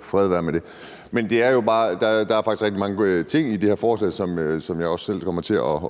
fred være med det. Men der er jo rigtig mange ting i det her forslag, som jeg også selv